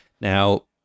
Now